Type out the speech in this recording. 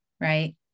right